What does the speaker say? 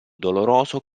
doloroso